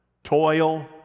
Toil